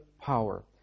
power